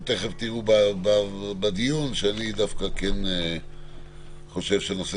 תכף תראו בדיון שאני דווקא כן חושב שהנושא